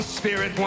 spirit